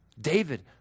David